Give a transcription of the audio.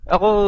Ako